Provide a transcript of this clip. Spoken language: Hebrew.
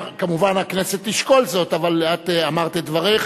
כמובן, הכנסת תשקול זאת, אבל את אמרת את דברך.